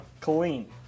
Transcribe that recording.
clean